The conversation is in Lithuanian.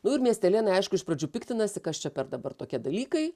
nu ir miestelėnai aišku iš pradžių piktinasi kas čia per dabar tokie dalykai